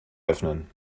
öffnen